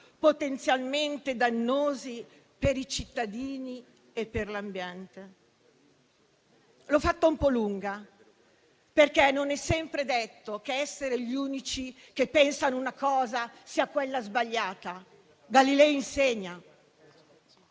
potenzialmente dannosi per i cittadini e per l'ambiente. L'ho fatta un po' lunga, perché non è sempre detto che essere gli unici che pensano una cosa fa sì che sia quella sbagliata: Galileo insegna.